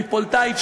טריפוליטאית,